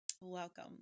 welcome